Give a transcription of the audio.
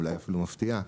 אולי אפילו מפתיעה,